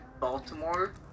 Baltimore